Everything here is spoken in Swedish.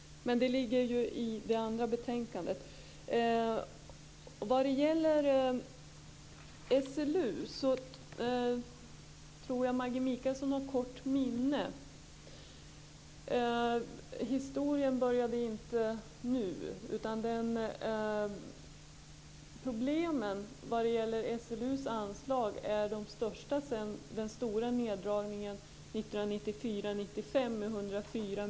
Men det ligger alltså i det andra betänkandet. Vad gäller SLU, tror jag att Maggi Mikaelsson har kort minne. Historien började inte nu. Problemen i fråga om SLU:s anslag är de största sedan den stora neddragningen med 104 miljoner 1994/95.